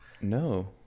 No